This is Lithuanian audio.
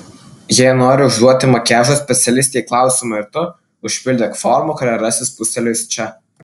jei nori užduoti makiažo specialistei klausimą ir tu užpildyk formą kurią rasi spustelėjusi čia